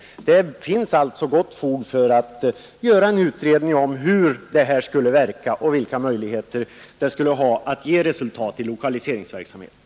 Det finns alltså gott fog för att göra en utredning om hur en differentiering skulle verka och vilka möjligheter den skulle ha att ge resultat i lokaliseringsverksamheten.